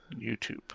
YouTube